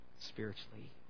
spiritually